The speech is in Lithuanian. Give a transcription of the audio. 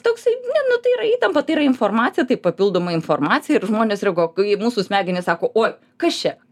toksai ne nu tai yra įtampa tai yra informacija tai papildoma informacija ir žmonės reaguoja kai mūsų smegenys sako oi kas čia